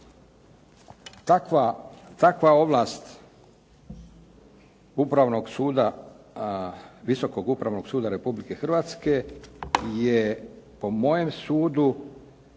suda, Visokog upravnog suda Republike Hrvatske je po mojem sudu